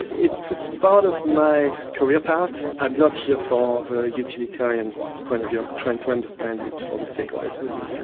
it was part of my career path. i'm not here for utilitarian point of view, i'm trying to understand it for the sake of it really.